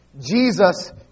Jesus